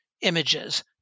images